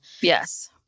yes